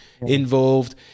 involved